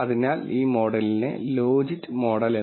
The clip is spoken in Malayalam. അതിനാൽ നമുക്ക് ഡാറ്റ നൽകിയിട്ടുണ്ടെന്ന് നമുക്ക് അനുമാനിക്കാം